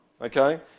okay